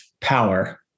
power